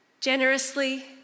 generously